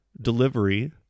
delivery